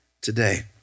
today